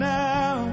now